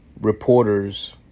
reporters